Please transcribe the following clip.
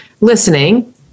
listening